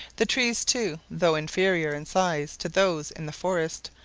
the trees, too, though inferior in size to those in the forests,